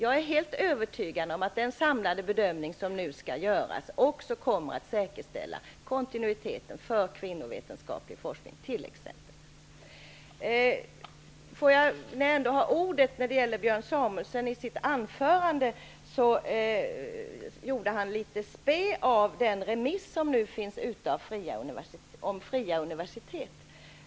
Jag är helt övertygad om att den samlade bedömning som skall göras också kommer att säkerställa kontinuiteten för t.ex. När jag ändå har ordet vill jag säga att Björn Samuelson i sitt huvudanförande gjorde litet spe av det förslag om fria universitet som nu är ute på remiss.